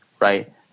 right